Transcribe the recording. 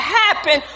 happen